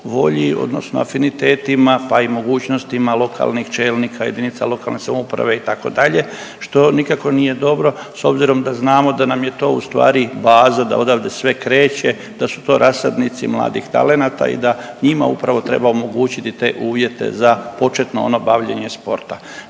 odnosno afinitetima, pa i mogućnostima lokalnih čelnika jedinice lokalne samouprave, itd., što nikako nije dobro s obzirom da znamo da nam je to ustvari baza da odavde sve kreće, da su to rasadnici mladih talenata i da njima upravo treba omogućiti te uvjete za početno ono bavljenje sporta.